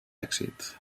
èxit